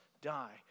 die